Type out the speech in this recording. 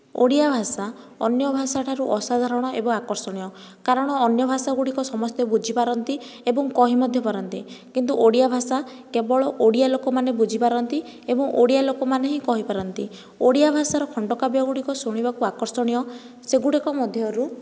ଓଡ଼ିଆ ଭାଷା ଅନ୍ୟ ଭାଷା ଠାରୁ ଅସାଧାରଣ ଏବଂ ଆକର୍ଷଣୀୟ କାରଣ ଅନ୍ୟ ଭାଷା ଗୁଡ଼ିକ ସମସ୍ତେ ବୁଝି ପାରନ୍ତି ଏବଂ କହି ମଧ୍ୟ ପାରନ୍ତି କିନ୍ତୁ ଓଡ଼ିଆ ଭାଷା କେବଳ ଓଡ଼ିଆ ଲୋକମାନେ ବୁଝି ପାରନ୍ତି ଏବଂ ଓଡ଼ିଆ ଲୋକମାନେ ହିଁ କହି ପାରନ୍ତି ଓଡ଼ିଆ ଭାଷାର ଖଣ୍ଡ କାବ୍ୟ ଗୁଡ଼ିକ ଶୁଣିବାକୁ ଆକର୍ଷଣୀୟ ସେଗୁଡ଼ିକ ମଧ୍ୟରୁ